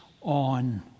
on